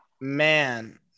man